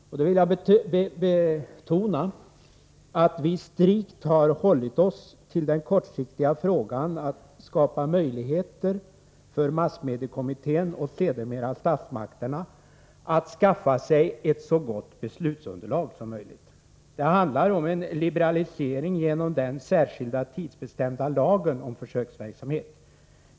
Jag vill betona att vi strikt har hållit oss till den kortsiktiga frågan att skapa möjligheter för massmediekommittén och sedermera statsmakterna att skaffa sig ett så gott beslutsunderlag som möjligt. Det handlar om en liberalisering genom den särskilda, tidsbegränsade lagen om försöksverksamhet.